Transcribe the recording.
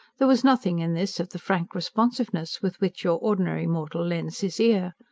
there was nothing in this of the frank responsiveness with which your ordinary mortal lends his ear.